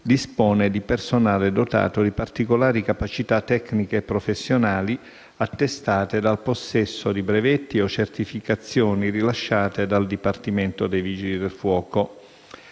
dispone di personale dotato di particolari capacità tecniche e professionali, attestate dal possesso di brevetti o certificazioni rilasciate dal Dipartimento dei vigili del fuoco,